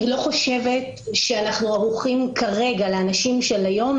אני לא חושבת שאנחנו ערוכים כרגע לאנשים של היום,